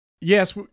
Yes